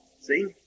See